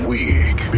Week